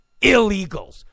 illegals